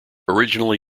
originally